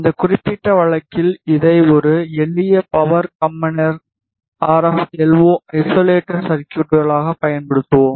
இந்த குறிப்பிட்ட வழக்கில் இதை ஒரு எளிய பவர் கம்பைனரை ஆர்எப் எல்ஓ ஐசோலேட்டர் சர்குய்ட்களாக பயன்படுத்துவோம்